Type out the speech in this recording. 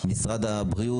טיפול ומחקר בהפרעות